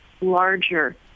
larger